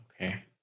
Okay